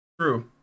True